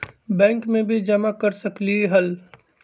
Bank में भी जमा कर सकलीहल?